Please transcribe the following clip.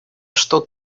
что